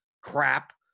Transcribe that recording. crap